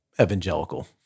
evangelical